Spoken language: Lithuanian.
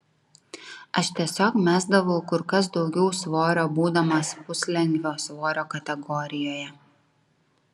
aš tiesiog mesdavau kur kas daugiau svorio būdamas puslengvio svorio kategorijoje